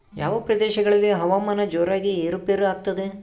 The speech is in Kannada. ಯಾವ ಪ್ರದೇಶಗಳಲ್ಲಿ ಹವಾಮಾನ ಜೋರಾಗಿ ಏರು ಪೇರು ಆಗ್ತದೆ?